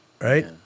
Right